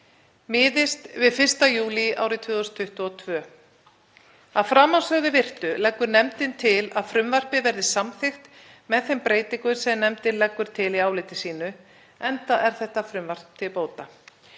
miðist við 1. júlí árið 2022. Að framansögðu virtu leggur nefndin til að frumvarpið verði samþykkt með þeim breytingum sem nefndin leggur til í áliti sínu, enda er þetta frumvarp til bóta.